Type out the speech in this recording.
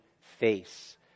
face